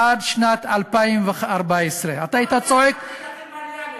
עד שנת 2014. אתה היית צועק, זה כי אתם מליינים.